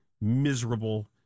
miserable